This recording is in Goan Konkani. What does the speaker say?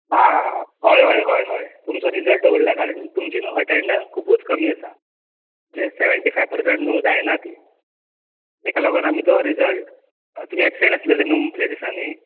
आ हय हय हय हय तुमचो रिजल्ट दवरला कारण तुमची न्हू अटेंडंस खुबूत कमी आसा जे सॅवॅण्टी फाय पर्संट न्हू जायना ती तेका लागून आमी तो रिजळ तुमी एबसण आसलेले न्हू मदल्या दिसांनी